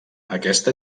aquesta